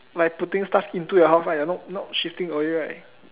like putting stuff into your house right you are not not shifting away right